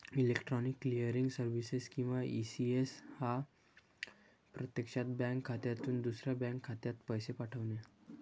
electronic clearing services किंवा ECS हा प्रत्यक्षात बँक खात्यातून दुसऱ्या बँक खात्यात पैसे पाठवणे